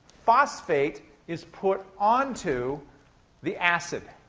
phosphate is put onto the acid,